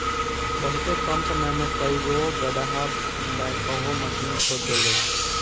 बहुते कम समय में कई गो गड़हा बैकहो माशीन खोद देले